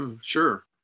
sure